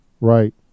right